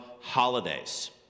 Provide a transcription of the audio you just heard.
holidays